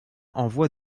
envoie